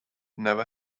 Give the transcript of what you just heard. never